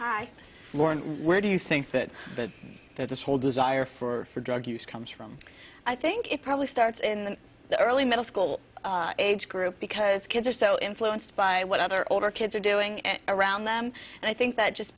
lauren where do you think that this whole desire for drug use comes from i think it probably starts in the early middle school age group because kids are so influenced by what other older kids are doing around them and i think that just